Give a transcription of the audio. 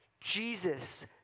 Jesus